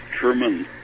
German